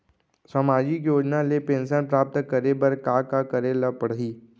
सामाजिक योजना ले पेंशन प्राप्त करे बर का का करे ल पड़ही?